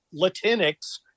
latinx